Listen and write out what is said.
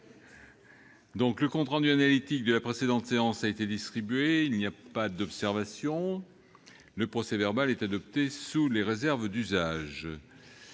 Le compte rendu analytique de la précédente séance a été distribué. Il n'y a pas d'observation ?... Le procès-verbal est adopté sous les réserves d'usage.